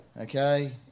okay